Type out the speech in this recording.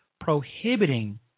prohibiting